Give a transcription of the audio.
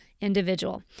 individual